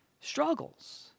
struggles